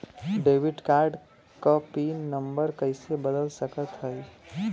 Debit card क pin number कइसे बदल सकत हई?